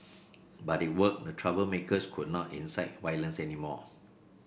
but it worked the troublemakers could not incite violence anymore